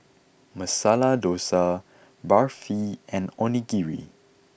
Masala Dosa Barfi and Onigiri